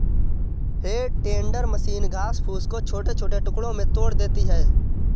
हे tender machine घास फूस को छोटे छोटे टुकड़ों में तोड़ देती है